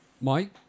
Mike